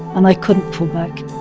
and i couldn't pull back